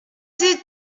did